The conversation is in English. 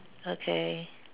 okay